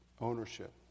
ownership